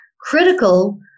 critical